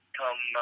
come